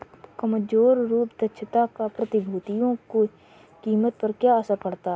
कमजोर रूप दक्षता का प्रतिभूतियों की कीमत पर क्या असर पड़ता है?